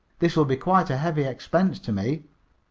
this will be quite a heavy expense to me.